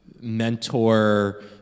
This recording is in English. mentor